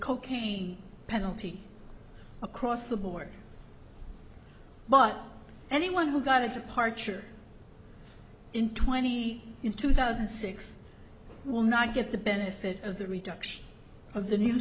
cocaine penalty across the board but anyone who got a departure in twenty in two thousand and six will not get the benefit of the reduction of the new